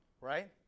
right